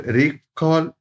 recall